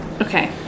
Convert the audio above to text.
Okay